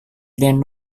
than